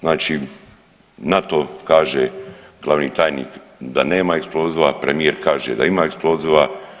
Znači, NATO kaže, glavni tajnik da nema eksploziva, premijer kaže da ima eksploziva.